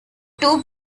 two